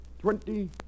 twenty